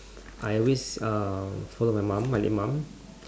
I always uh follow my mum malay mum